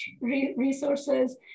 resources